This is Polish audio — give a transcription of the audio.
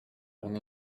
ona